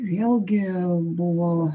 vėlgi buvo